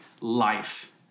life